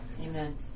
Amen